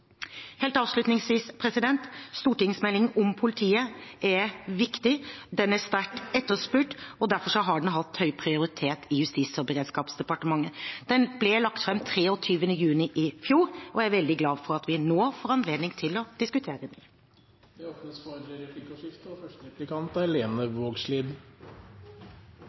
Helt avslutningsvis: Stortingsmeldingen om politiet er viktig. Den er sterkt etterspurt, og derfor har den hatt høy prioritet i Justis- og beredskapsdepartementet. Den ble lagt frem 23. juni i fjor, og jeg er veldig glad for at vi nå får anledning til å diskutere den. Det blir replikkordskifte.